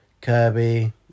kirby